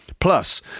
Plus